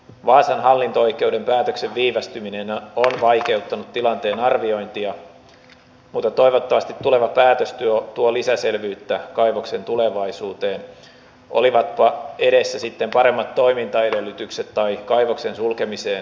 vaasan hallinto oikeuden päätöksen viivästyminen on vaikeuttanut tilanteen arviointia mutta toivottavasti tuleva päätös tuo lisäselvyyttä kaivoksen tulevaisuuteen olivatpa edessä sitten paremmat toimintaedellytykset tai kaivoksen sulkemiseen johtavat olosuhteet